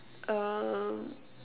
um